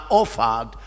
offered